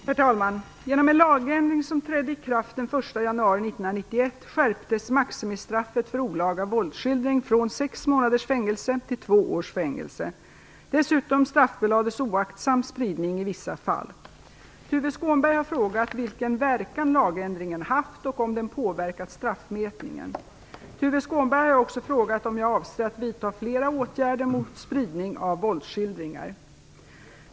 Herr talman! Genom en lagändring som trädde i kraft den 1 januari 1991 skärptes maximistraffet för olaga våldsskildring från sex månaders fängelse till två års fängelse. Dessutom straffbelades oaktsam spridning i vissa fall. Tuve Skånberg har frågat vilken verkan lagändringen haft och om den påverkat straffmätningen. Tuve Skånberg har också frågat om jag avser att vidta fler åtgärder mot spridning av våldsskildringar.